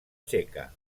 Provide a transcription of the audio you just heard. txeca